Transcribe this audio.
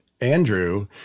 Andrew